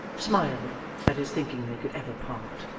smiled at his thinking they could ever part,